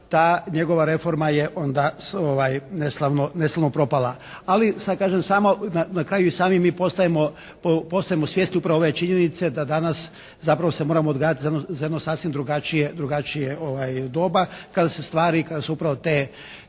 ta njegova reforma je onda neslavno, neslavno propala. Ali, sad kažem samo, na kraju i sami mi postajemo svjesni upravo ove činjenice da danas zapravo se moramo odgajati za jedno sasvim drugačije doba kada se stvari, kada se upravo te tehničke,